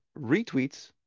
retweets